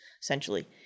essentially